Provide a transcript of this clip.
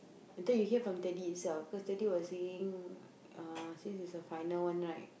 later you from daddy itself cause daddy was saying uh since is the final one right